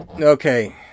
Okay